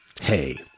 Hey